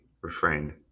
refrained